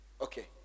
okay